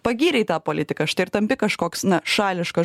pagyrei tą politiką štai ir tampi kažkoks na šališkas